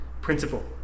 principle